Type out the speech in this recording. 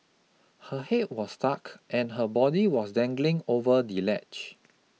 her head was stuck and her body was dangling over the ledge